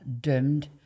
doomed